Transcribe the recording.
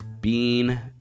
Bean